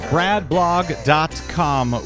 BradBlog.com